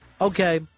okay